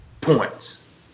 points